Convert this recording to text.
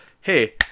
Hey